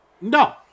No